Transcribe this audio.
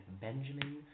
Benjamin